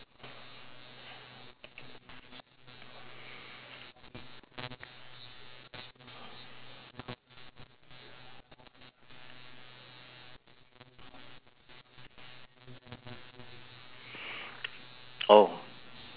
oh